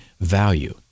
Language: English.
value